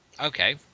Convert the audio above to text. Okay